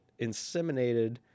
inseminated